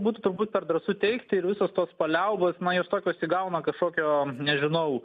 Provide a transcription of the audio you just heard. būtų turbūt per drąsu teigti ir visos tos paliaubos na jos tokios įgauna kažkokio nežinau